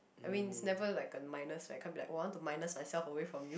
I mean it's never like a minus I can't be like oh I want to minus myself away from you